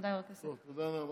תודה, נעמה.